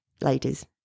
ladies